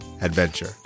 adventure